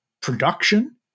production